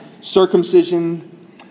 circumcision